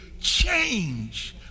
change